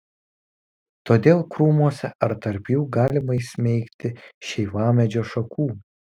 todėl krūmuose ar tarp jų galima įsmeigti šeivamedžio šakų